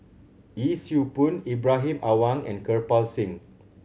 Yee Siew Pun Ibrahim Awang and Kirpal Singh